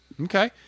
Okay